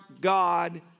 God